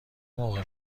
موقع